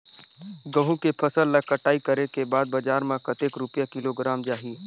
गंहू के फसल ला कटाई करे के बाद बजार मा कतेक रुपिया किलोग्राम जाही?